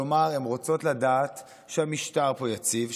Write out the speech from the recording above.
כלומר הן רוצות לדעת שהמשטר פה יציב,